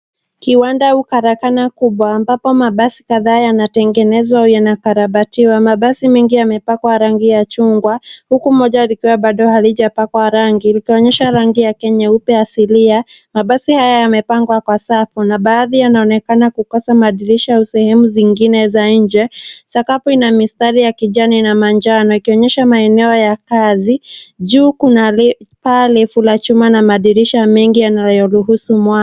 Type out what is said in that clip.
Kiwanda au karakana kubwa ambapo mabasi kadhaa yanatengenezwa au yanakarabayiwa. Mabasi mengi yamepakwa rangi ya chungwa huku moja likiwa bado halijapakwa rangi, likionyesha rake nyeupe asilia. Mabasi haya yamepangwa kwa safu na baadhi yanaonekana kukosa madirisha au sehemu nyingine za nje. Sakafu ina mistari ya kijani na manjano ikionyesha maeneo ya kazi. Juu kuna paa refu la chuma na madirisha mengi yanayoruhusu mwanga.